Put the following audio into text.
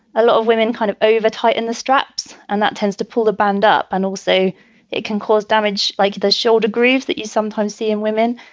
a lot of women kind of over tighten the straps and that tends to pull the band up. and also it can cause damage like the shoulder grooves that you sometimes see in women.